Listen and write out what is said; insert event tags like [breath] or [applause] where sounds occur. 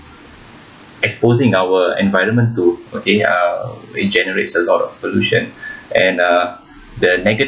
exposing our environment too okay uh it generates a lot of pollution [breath] and uh the negativity